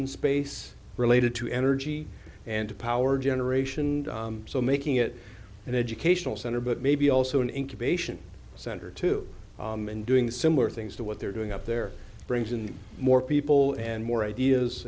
on space related to energy and power generation so making it an educational center but maybe also an incubation center too and doing similar things to what they're doing up there brings in more people and more ideas